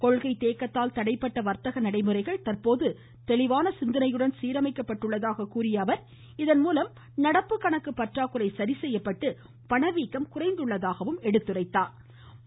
கொள்கை தேக்கத்தால் தடைபட்ட வர்த்தக நடைமுறைகள் தற்போது தெளிவான சிந்தனையுடன் சீரமைக்கப்பட்டுள்ளதாக கூறிய அவர் இதன்மூலம் நடப்பு கணக்கு பற்றாக்குறை சரிசெய்யப்பட்டு பணவீக்கம் குறைந்துள்ளதாக எடுத்துரைத்தாா்